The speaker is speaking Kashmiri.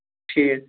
ٹھیٖک